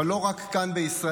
אבל לא רק כאן בישראל.